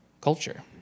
culture